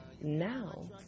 now